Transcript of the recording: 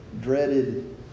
dreaded